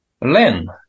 Len